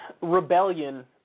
rebellion